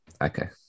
Okay